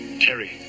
Terry